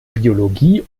biologie